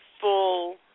full